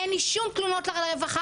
אין לי שום תלונות לרווחה,